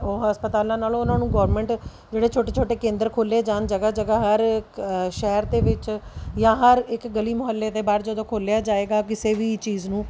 ਉਹ ਹਸਪਤਾਲਾਂ ਨਾਲੋਂ ਉਹਨਾਂ ਨੂੰ ਗੌਰਮੈਂਟ ਜਿਹੜੇ ਛੋਟੇ ਛੋਟੇ ਕੇਂਦਰ ਖੋਲ੍ਹੇ ਜਾਣ ਜਗ੍ਹਾ ਜਗ੍ਹਾ ਹਰ ਇੱਕ ਸ਼ਹਿਰ ਦੇ ਵਿੱਚ ਜਾਂ ਹਰ ਇੱਕ ਗਲੀ ਮੁਹੱਲੇ ਦੇ ਬਾਹਰ ਜਦੋਂ ਖੋਲ੍ਹਿਆ ਜਾਵੇਗਾ ਕਿਸੇ ਵੀ ਚੀਜ਼ ਨੂੰ